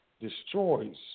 Destroys